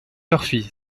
murphy